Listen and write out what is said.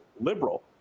liberal